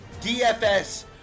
DFS